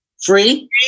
Free